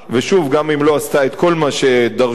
גם אם לא עשתה את כל מה שדרשו ראשיה,